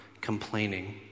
complaining